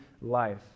life